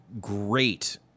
great